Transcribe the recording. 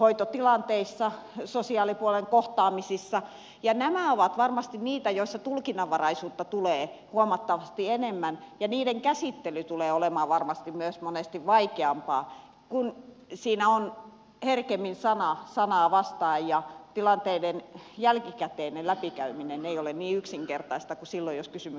hoitotilanteissa sosiaalipuolen kohtaamisissa ja nämä ovat varmasti niitä joissa tulkinnanvaraisuutta tulee huomattavasti enemmän ja niiden käsittely tulee olemaan varmasti myös monesti vaikeampaa kun siinä on herkemmin sana sanaa vastaan ja tilanteiden jälkikäteinen läpikäyminen ei ole niin yksinkertaista kuin silloin jos kysymyksessä on potilasvahinko